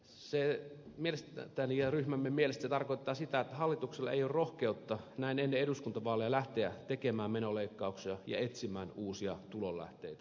mielestäni ja ryhmämme mielestä se tarkoittaa sitä että hallituksella ei ole rohkeutta näin ennen eduskuntavaaleja lähteä tekemään menoleikkauksia ja etsimään uusia tulonlähteitä